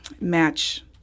match